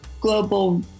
global